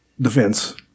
defense